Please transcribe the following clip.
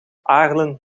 aarlen